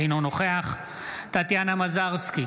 אינו נוכח טטיאנה מזרסקי,